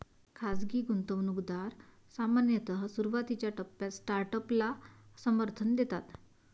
खाजगी गुंतवणूकदार सामान्यतः सुरुवातीच्या टप्प्यात स्टार्टअपला समर्थन देतात